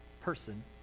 person